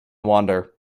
wander